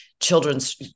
children's